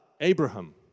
Abraham